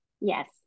Yes